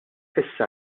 issa